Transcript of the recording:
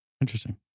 Interesting